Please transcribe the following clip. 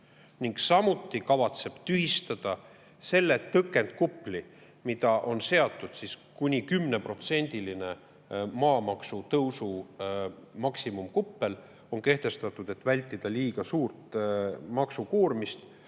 ning samuti kavatseb tühistada selle tõkendkupli, mis on seatud. 10%‑line maamaksu tõusu maksimumkuppel on kehtestatud, et vältida liiga suurt maksukoormust